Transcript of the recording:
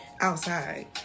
outside